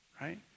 right